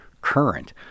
current